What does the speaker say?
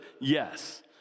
yes